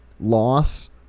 loss